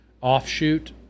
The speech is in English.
offshoot